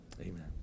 Amen